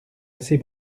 assez